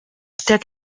der